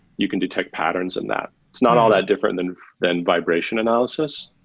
you can detect patterns in that. it's not all that different than than vibration analysis.